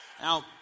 Now